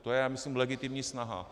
To je myslím legitimní snaha.